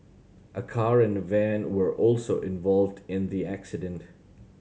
a car and a van were also involved in the accident